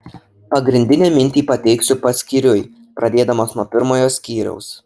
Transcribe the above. pagrindinę mintį perteiksiu paskyriui pradėdamas nuo pirmojo skyriaus